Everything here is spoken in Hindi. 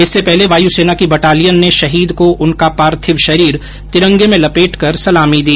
इससे पहले वायुसेना की बटालियन ने शहीद को उनका पार्थिव शरीर तिरंगे में लपेटकर सलामी दी